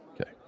Okay